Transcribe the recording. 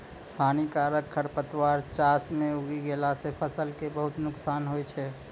हानिकारक खरपतवार चास मॅ उगी गेला सा फसल कॅ बहुत नुकसान होय छै